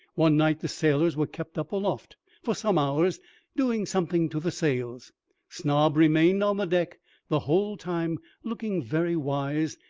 one night the sailors were kept up aloft for some hours doing something to the sails snob remained on the deck the whole time, looking very wise,